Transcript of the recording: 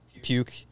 Puke